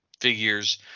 figures